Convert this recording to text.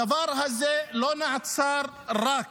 הדבר הזה לא נעשה רק